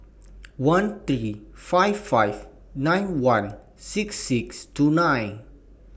one three five five nine one six six two nine